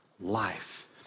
life